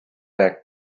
bag